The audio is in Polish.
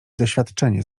doświadczenie